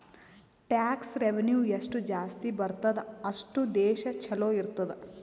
tax revenue ಎಷ್ಟು ಜಾಸ್ತಿ ಬರ್ತುದ್ ಅಷ್ಟು ದೇಶ ಛಲೋ ಇರ್ತುದ್